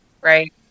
right